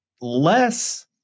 less